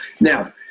Now